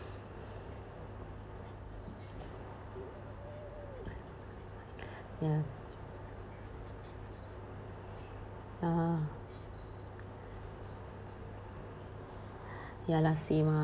ya ah ya lah same ah